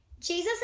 Jesus